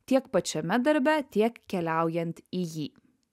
tiek pačiame darbe tiek keliaujant į jį